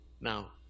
now